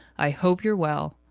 i hope you're well.